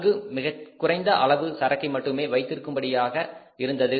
அங்கும் மிகக்குறைந்த அளவு சரக்கை மட்டுமே வைத்திருக்கும்படியாக இருந்தது